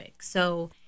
So-